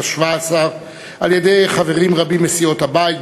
השבע-עשרה על-ידי חברים רבים מסיעות הבית,